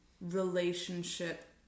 relationship